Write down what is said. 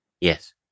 Yes